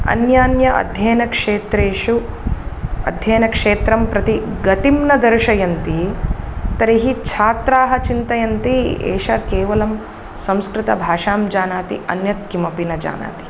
अन्यान्य अध्ययनक्षेत्रेषु अध्ययनक्षेत्रं प्रति गतिं न दर्शयन्ति तर्हि छात्राः चिन्तयन्ति एषा केवलं संस्कृतभाषां जानाति अन्यत् किमपि न जानाति